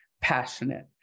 passionate